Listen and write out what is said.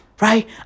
Right